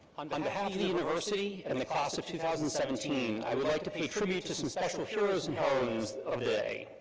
on but behalf of the university and the class of two thousand and seventeen, i would like to pay tribute to some special heroes and heroes of the day,